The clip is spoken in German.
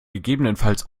gegebenenfalls